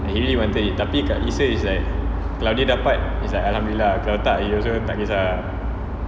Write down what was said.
he really wanted it tapi kalau isa is like kalau dia dapat it's like alhamdulillah ah kalau tak he also tak kesah ah